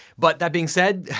but that being said,